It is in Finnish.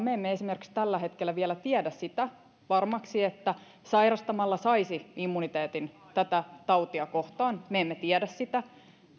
me emme esimerkiksi tällä hetkellä vielä tiedä varmaksi sitä että sairastamalla saisi immuniteetin tätä tautia kohtaan me emme tiedä sitä